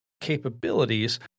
capabilities